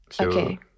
Okay